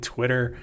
Twitter